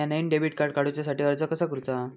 म्या नईन debit card काडुच्या साठी अर्ज कसा करूचा?